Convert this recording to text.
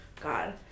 God